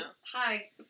Hi